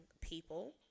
people